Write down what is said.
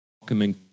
welcoming